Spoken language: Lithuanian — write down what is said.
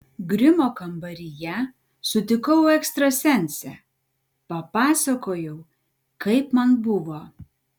grimo kambaryje sutikau ekstrasensę papasakojau kaip man buvo